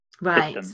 right